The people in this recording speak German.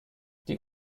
die